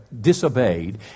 disobeyed